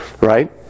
Right